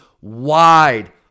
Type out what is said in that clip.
wide